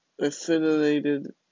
affiliated